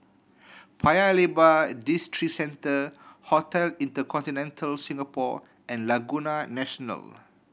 Paya Lebar Districentre Hotel InterContinental Singapore and Laguna National